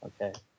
okay